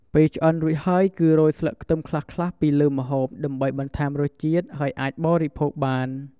ពេលឆ្អិនរួចហើយ គឺរោយស្លឹកខ្ទឹមខ្លះៗពីលើម្ហូប ដើម្បីបន្ថែមរសជាតិ ហើយអាចបរិភោគបាន។